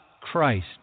Christ